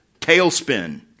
tailspin